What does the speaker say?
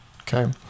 okay